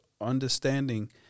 understanding